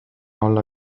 olla